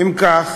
אם כך,